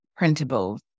printables